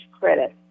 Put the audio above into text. credit